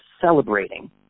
celebrating